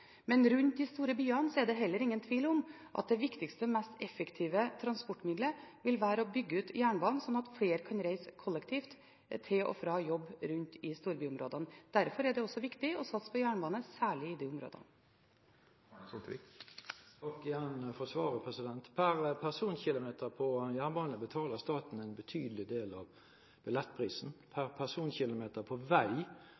men det er heller ingen tvil om at rundt de store byene er det mest effektive transportmidlet jernbanen. Man bør bygge ut jernbanen, slik at flere kan reise kollektivt, til og fra jobb i storbyområdene. Derfor er det også viktig å satse på jernbane, særlig i de områdene. Jeg takker igjen for svaret. Per personkilometer på jernbane betaler staten en betydelig del av billettprisen.